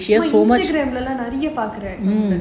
serial எல்லாம் நிறையா சொல்றேன்:ellaam niraiyaa solraen